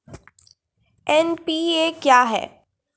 NPA क्या हैं?